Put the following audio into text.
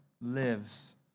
lives